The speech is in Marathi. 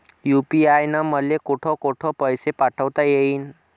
यू.पी.आय न मले कोठ कोठ पैसे पाठवता येईन?